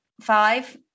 Five